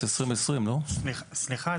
סליחה,